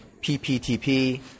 PPTP